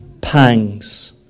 pangs